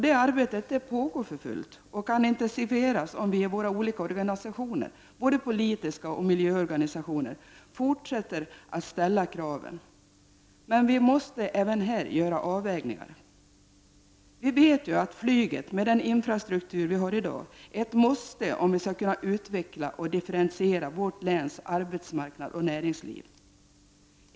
Det arbetet pågår också för fullt och kan intensifieras, om vi i våra olika organisationer — det gäller då både politiska organisationer och miljöorganisationer — fortsätter att ställa krav. Men vi måste även här göra avvägningar. Vi vet att flyget, med den infrastruktur som finns i dag, är ett måste om vi skall kunna utveckla och differentiera vårt läns arbetsmarknad och näringsliv.